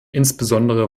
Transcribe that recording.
insbesondere